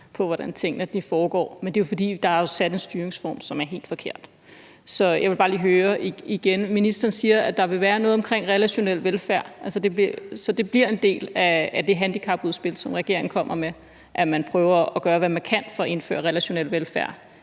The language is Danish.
på, hvordan tingene foregår, men det er jo, fordi der er sat en styringsform, som er helt forkert. Så jeg vil bare lige høre igen: Ministeren siger, at der vil være noget omkring relationel velfærd. Altså, så det bliver en del af det handicapudspil, som regeringen kommer med, at man prøver at gøre, hvad man kan for at indføre relationel velfærd